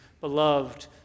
beloved